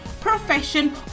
profession